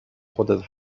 خودت